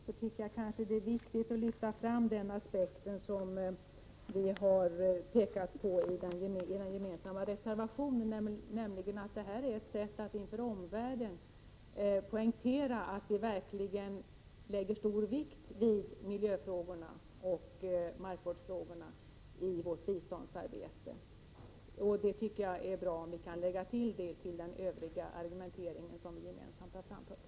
Jag tycker att det är viktigt att lyfta fram den aspekt som vi har pekat på i den gemensamma reservationen, nämligen att detta är ett sätt att inför omvärlden poängtera att vi verkligen lägger stor vikt vid miljöoch markvårdsfrågorna i vårt biståndsarbete. Det är bra om det kan läggas till övrig argumentering som vi gemensamt har framfört.